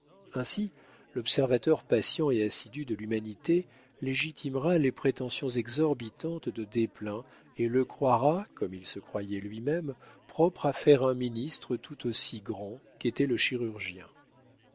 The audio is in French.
ainsi l'observateur patient et assidu de l'humanité légitimera les prétentions exorbitantes de desplein et le croira comme il se croyait lui-même propre à faire un ministre tout aussi grand qu'était le chirurgien